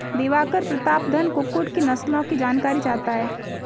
दिवाकर प्रतापधन कुक्कुट की नस्लों की जानकारी चाहता है